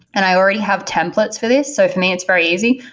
and i already have templates for these. so for me, it's very easy.